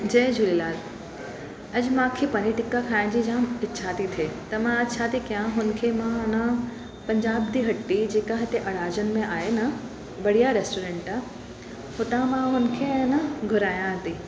जय झूलेलाल अॼु मूंखे पनीर टिक्का खाइण जी जाम इच्छा थी थिए त मां अॼु छा थी कया हुन खे मां अञा पंजाब दी हट्टी जेका हिते अराजन में आहे न बढ़िया रेस्टोरेंट आहे हुतां मां हुन खे है न घुरायां थी